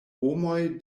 homoj